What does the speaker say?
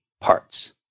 parts